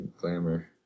glamour